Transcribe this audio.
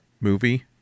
movie